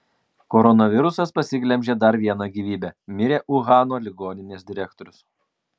koronavirusas pasiglemžė dar vieną gyvybę mirė uhano ligoninės direktorius